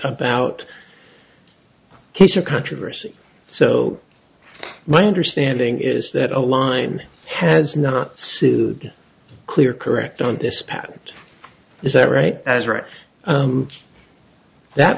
about a case of controversy so my understanding is that a line has not sued clear correct on this patent is that right that's right that